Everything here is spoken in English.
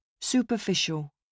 Superficial